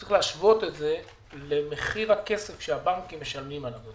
צריך להשוות את זה למחיר הכסף שהבנקים משלמים עליו.